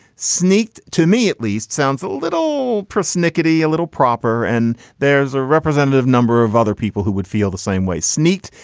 sneaked to me at least sounds a little persnickety, a little proper. and there's a representative number of other people who would feel the same way. sneaked,